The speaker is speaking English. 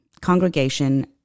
congregation